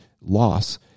loss